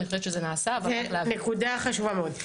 אני חושבת שזה נעשה אבל --- זה נקודה חשובה מאוד.